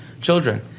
children